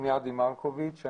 בזמן משבר הקורונה